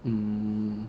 mm